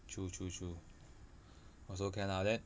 true true true also can ah then